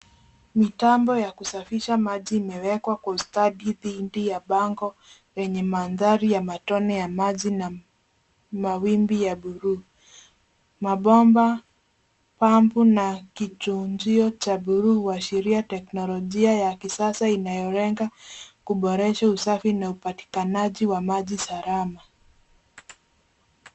Mitambo ya kusafisha maji imewekwa kwa ustadi dhidi ya bango yenye mandhari ya matone ya maji na mawimbi ya buluu. Mabomba pampu na kichunjio cha buluu huashiria teknolojia ya kisasa inayolenga kuboresha usafi na upatikanaji wa maji salama.